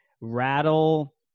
rattle